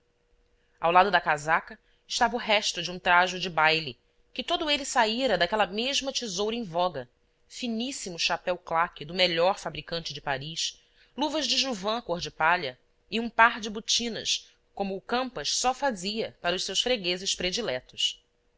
ao lado da casaca estava o resto de um trajo de baile que todo ele saíra daquela mesma tesoura em voga finíssimo chapéu claque do melhor fabricante de paris luvas de jouvin cor de palha e um par de botinas como o campas só fazia para os seus fregueses prediletos